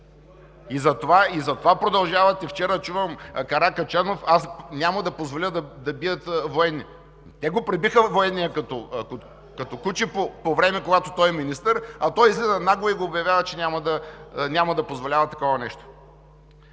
И затова продължавате. Вчера чувам Каракачанов: „Аз няма да позволя да бият военни!“ Те пребиха военния като куче по време, когато той е министър, а той излиза нагло и обявява, че няма да позволява такова нещо?!